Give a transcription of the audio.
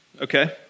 okay